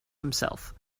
himself